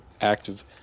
active